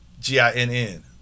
G-I-N-N